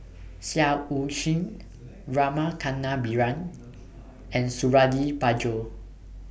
Seah EU Chin Rama Kannabiran and Suradi Parjo